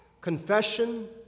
Confession